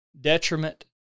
detriment